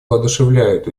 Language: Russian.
воодушевляют